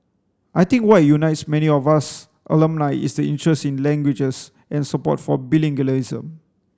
I think what unites many of us alumni is the interest in languages and support for